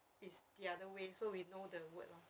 it's the other way so we know the word lor